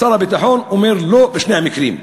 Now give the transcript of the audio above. שר הביטחון אומר "לא" בשני המקרים.